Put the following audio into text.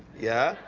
yeah.